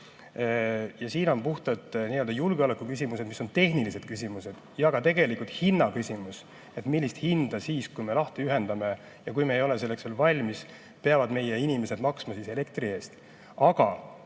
siin on puhtalt julgeolekuküsimused, mis on tehnilised küsimused, ja on tegelikult ka hinna küsimus: millist hinda siis, kui me lahti ühendame ja kui me ei ole selleks veel valmis, peavad meie inimesed maksma elektri eest.